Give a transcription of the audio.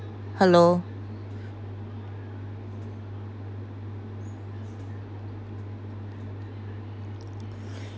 hello